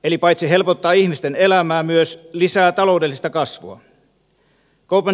eli paitsi helpottaa ihmisten elämää myös lisää taloudellista kasvua